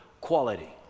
quality